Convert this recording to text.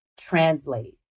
translate